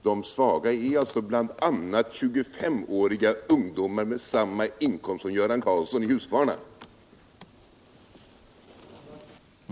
De svaga är alltså bl.a. 25-åriga ungdomar med samma inkomst som Göran Karlsson i Huskvarna har.